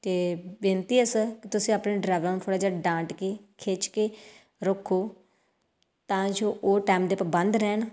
ਕਿ ਬੇਨਤੀ ਹੈ ਸਰ ਕਿ ਤੁਸੀਂ ਆਪਣੇ ਡਰਾਈਵਰਾਂ ਨੂੰ ਥੋੜ੍ਹਾ ਜਿਹਾ ਡਾਂਟ ਕੇ ਖਿੱਚ ਕੇ ਰੱਖੋ ਤਾਂ ਜੋ ਉਹ ਟਾਈਮ ਦੇ ਪਾਬੰਦ ਰਹਿਣ